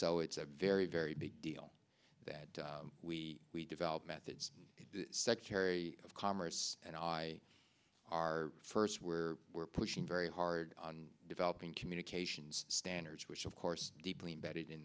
so it's a very very big deal that we we develop methods secretary of commerce and i are first where we're pushing very hard on developing communications standards which of course deeply embedded in